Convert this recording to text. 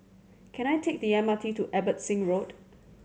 can I take the M R T to Abbotsingh Road